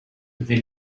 within